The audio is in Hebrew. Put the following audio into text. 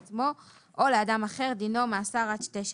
לעצמו או לאדם אחר דינו מאסר עד שתי שנים.